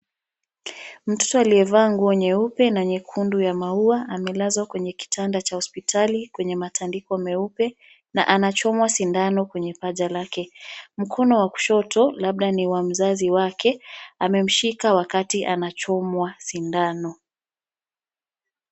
Mtoto aliyevaa nguo nyeupe na nyekundu ya maua amelazwa kwenye kitanda cha hospitali kwenye matandiko meupe na anachomwa sindano kwenye paja lake. Mkono wa kushoto labda ni mzazi wake, amemshika wakati anachomwa sindano.